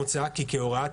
מוצע כי כהוראת